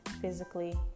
physically